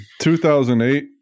2008